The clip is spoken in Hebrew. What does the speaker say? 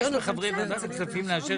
"אנחנו מבקשים מחברי ועדת הכספים לאשר